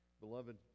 Beloved